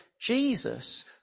Jesus